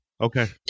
okay